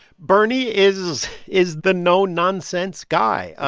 bernie is is the no-nonsense guy.